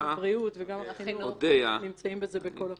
גם הבריאות וגם החינוך נמצאים בזה בכל הכוח.